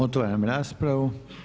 Otvaram raspravu.